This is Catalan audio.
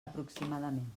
aproximadament